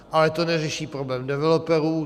Ale to neřeší problém developerů.